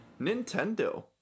Nintendo